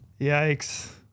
Yikes